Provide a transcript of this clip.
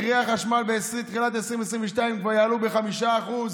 מחירי החשמל בתחילת 2022 כבר יעלו ב-5%,